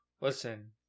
Listen